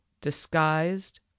disguised